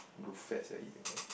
grow fat sia eat that kind